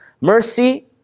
mercy